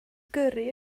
gyrru